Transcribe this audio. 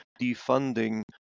defunding